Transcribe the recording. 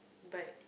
but